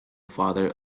father